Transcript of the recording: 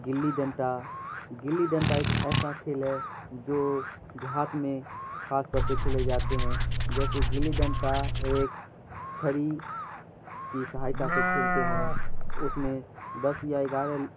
گلی ڈنڈا گلی ڈنڈا ایک ایسا کھیل ہے جو دیہات میں خاص طور پہ کھیلے جاتے ہیں جیسے گلی ڈنڈا ایک چھڑی کی سہایتا سے کھیلتے ہیں اس میں دس یا گیارہ